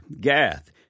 Gath